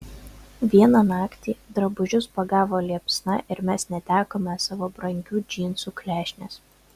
vieną naktį drabužius pagavo liepsna ir mes netekome savo brangių džinsų klešnės